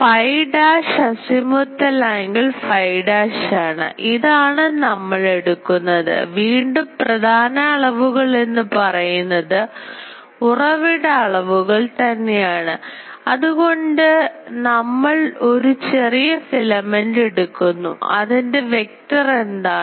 phi dash azimuthal angle phi dash ആണ് ഇതാണ് നമ്മൾ എടുക്കുന്നത് വീണ്ടും പ്രധാന അളവുകൾ എന്നുപറയുന്നത് ഉറവിട അളവുകൾ തന്നെയാണ് അതുകൊണ്ട് നമ്മൾ ഒരു ചെറിയ ഫിലമെൻറ് ഏടുക്കുന്നു അതിൻറെ വെക്ടർ എന്താണ്